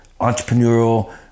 entrepreneurial